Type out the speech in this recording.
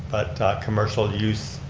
but commercial use,